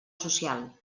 social